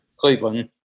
Cleveland